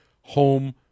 home